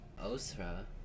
Osra